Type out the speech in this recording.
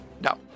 No